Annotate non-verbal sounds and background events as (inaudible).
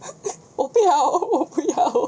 (laughs) 我不要我不要